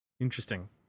interesting